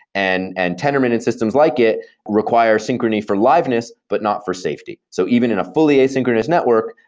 and and tendermint and systems like it require synchrony for liveness, but not for safety. so even in a fully asynchronous network,